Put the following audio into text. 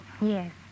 Yes